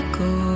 go